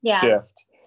shift